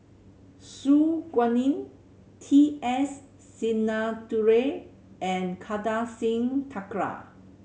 Su Guaning T S Sinnathuray and Kartar Singh Thakral